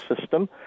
system